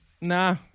nah